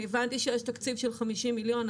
אני הבנתי שיש תקציב של 50 מיליון,